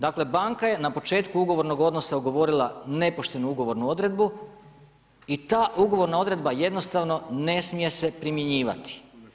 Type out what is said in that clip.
Dakle, banka je na početku ugovornog odnosa ugovorila nepoštenu ugovornu odredbu i ta ugovorna odredba jednostavno ne smije se primjenjivati.